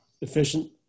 efficient